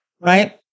Right